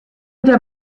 der